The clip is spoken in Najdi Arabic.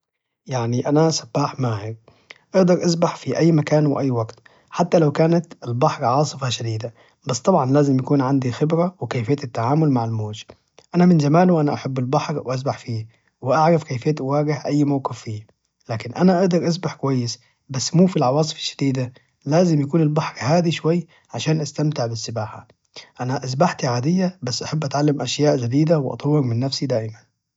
يعني أنا سباح ماهر بقدر أسبح في اي مكان واي وقت حتى لو كانت البحر عاصفة شديدة بس طبعا لازم يكون عندي خبرة وكيفية التعامل مع الموج انا من زمان وانا احب البحر واسبح فيه وأعرف كيفية أواجه اي موقف فيه لكن أنا أجدر اسبح كويس بس مو في العواصف الشديدة لازم يكون البحر هادي شوي عشان استمتع بالسباحة أنا اسباحتي عادية بس بحب اتعلم أشياء جديدة واطور من نفسي دائما